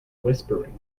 whispering